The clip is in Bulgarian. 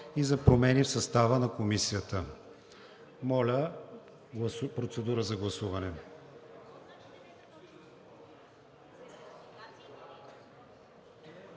и за промени в състава на Комисията. Моля, процедура за гласуване.